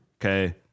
Okay